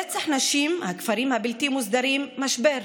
רצח נשים, הכפרים הבלתי-מוסדרים, משבר.